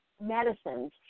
medicines